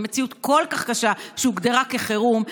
במציאות כל כך קשה שהוגדרה כחירום,